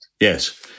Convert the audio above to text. Yes